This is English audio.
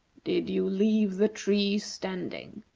did you leave the tree standing?